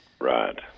Right